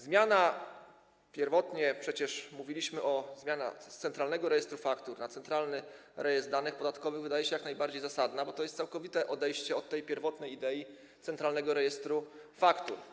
Zmiana, pierwotnie przecież mówiliśmy o zmianie z Centralnego Rejestru Faktur na Centralny Rejestr Danych Podatkowych, wydaje się jak najbardziej zasadna, bo to jest całkowite odejście od pierwotnej idei Centralnego Rejestru Faktur.